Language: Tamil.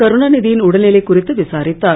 கருணாநிதியின் உடல்நிலை குறித்து விசாரித்தார்